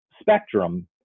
spectrum